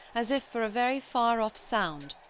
as if for a very far-off sound,